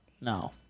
No